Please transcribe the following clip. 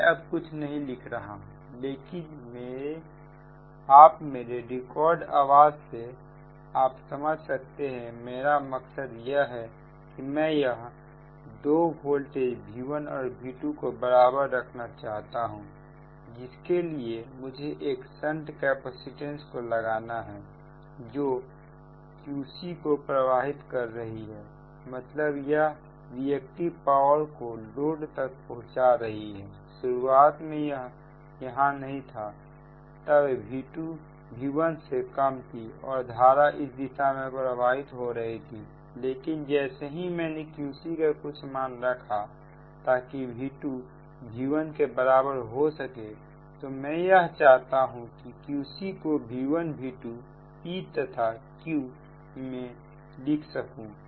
मैं अब कुछ नहीं लिख रहा हूं लेकिन आप मेरे रिकॉर्ड आवाज से आप समझ सकते हैं मेरा मकसद यह है कि मैं यह 2 वोल्टेज V1 V2 को बराबर रखना चाहता हूं जिसके लिए मुझे एक संट कैपेसिटेंस को लगाना है जो Qc को प्रवाहित कर रही है मतलब वह रिएक्टिव पावर को लोड तक पहुंचा रही है शुरुआत में यह यहां नहीं था तब V2 V1 से कम थी और धारा इस दिशा में प्रवाहित हो रही थी लेकिन जैसे ही मैंने Qc का कुछ मान रखा ताकि V2 V1 के बराबर हो सके तो मैं यह चाहता हूं कि Qc को V1V2P तथा Q में लिख सकूं